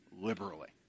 liberally